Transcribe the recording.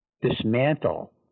dismantle